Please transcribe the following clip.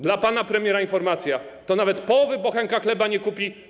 Dla pana premiera informacja: to nawet połowy bochenka chleba nie kupi.